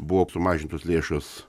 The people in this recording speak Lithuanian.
buvo sumažintos lėšos